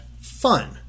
fun